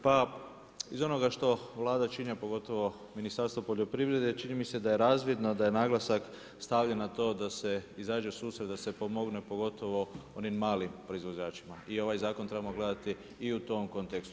Pa iz onoga što Vlada čini, a pogotovo Ministarstvo poljoprivrede čini mi se da je razvidno da je naglasak stavljen na to da se izađe u susret da se pomogne pogotovo onim malim proizvođačima i ovaj zakon trebamo gledati i u tom kontekstu.